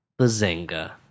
Bazinga